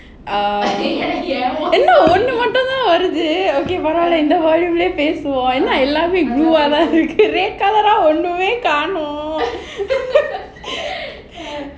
err என்ன ஒன்னு மட்டும் தான் வருது okay பரவாலே இந்த மாதிரியே பேசுவோம் என்ன எல்லாமே:paravaale intha maathiryae pesuvom enna ellame blue தான் இருக்கு red colour ah ஒண்ணுமே காணோம்:onnume kanom okay